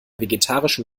vegetarischen